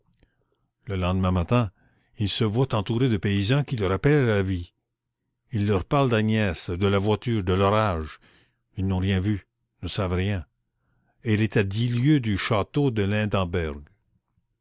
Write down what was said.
le lendemain matin il se voit entouré de paysans qui le rappelent à la vie il leur parle d'agnès de la voiture de l'orage ils n'ont rien vu ne savent rien et il est à dix lieues du château de lindemberg